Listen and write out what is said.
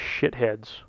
shitheads